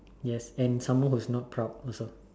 yes and someone who is not proud also